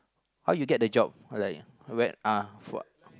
how you get the job like where where ah